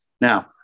Now